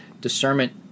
discernment